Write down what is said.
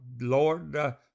Lord